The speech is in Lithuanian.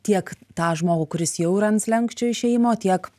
tiek tą žmogų kuris jau yra ant slenksčio išėjimo tiek